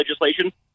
legislation